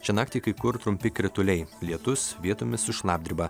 šią naktį kai kur trumpi krituliai lietus vietomis su šlapdriba